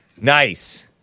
nice